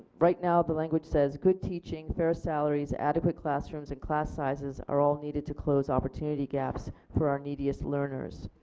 right now the language says good teaching, fair salaries, adequate classrooms and class sizes are all needed to close opportunity gaps for our neediest learners.